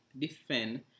defend